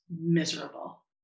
miserable